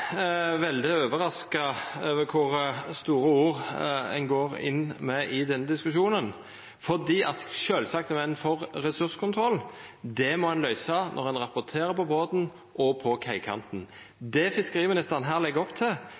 veldig overraska over kor store ord ein går inn med i denne diskusjonen. Sjølvsagt er ein for ressurskontroll. Det må ein løysa når ein rapporterer på båten og på kaikanten. Det fiskeriministeren her legg opp til,